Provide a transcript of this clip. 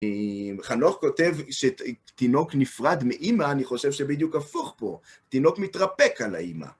חנוך כותב שתינוק נפרד מאמא, אני חושב שבדיוק הפוך פה, תינוק מתרפק על האמא.